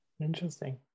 Interesting